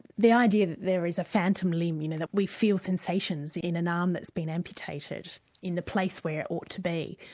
the idea that there is a phantom limb, you know that we feel sensations in an arm that's been amputated in the place where it ought to be,